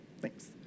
Thanks